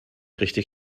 richtig